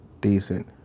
decent